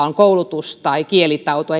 on koulutus tai kielitaito